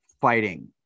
fighting